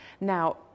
Now